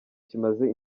kimaze